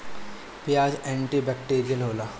पियाज antibacterial होला